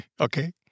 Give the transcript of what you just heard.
Okay